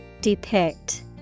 Depict